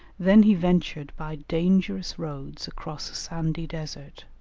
then he ventured by dangerous roads across a sandy desert,